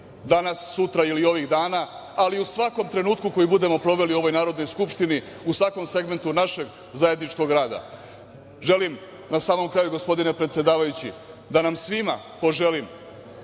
danas, sutra ili ovih dana, ali u svakom trenutku koji budemo proveli u ovoj Narodnoj skupštini, u svakom segmentu našeg zajedničkog rada. Želim na samom kraju gospodine predsedavajući da nam svima poželim